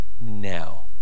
now